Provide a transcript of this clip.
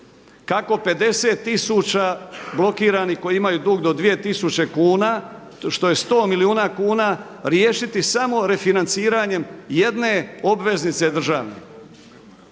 Kako 50 tisuća blokiranih koji imaju dug do 2000 kuna što je 100 milijuna kuna riješiti samo refinanciranjem jedne obveznice državne,